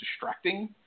distracting